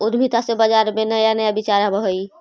उद्यमिता से बाजार में नया नया विचार आवऽ हइ